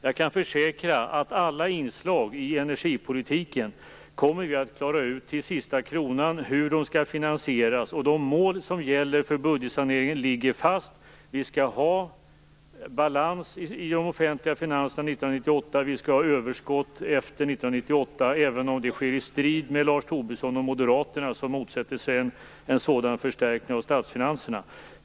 Jag kan försäkra att vi till sista kronan kommer att klara ut hur de olika inslagen i energipolitiken skall finansieras. De mål som gäller för budgetsaneringen ligger fast. Vi skall ha balans i de offentliga finanserna 1998, och vi skall ha överskott efter 1998 även om det sker i strid med Lars Tobisson och Moderaterna, som motsätter sig en sådan förstärkning av statsfinanserna.